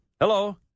hello